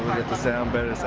the sound better,